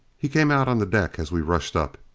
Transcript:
he came out on the deck as we rushed up.